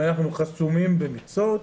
ואנחנו חסומים במכסות,